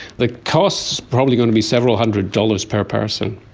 the cost is probably going to be several hundred dollars per person.